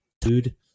dude